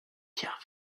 pierre